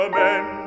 men